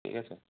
ঠিক আছে